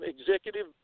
executive